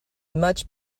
much